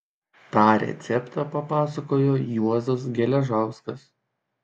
tą receptą papasakojo juozas geležauskas